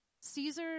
Caesar